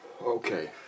Okay